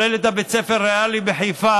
כולל את בית הספר הריאלי בחיפה.